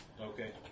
Okay